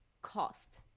cost